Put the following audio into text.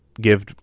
give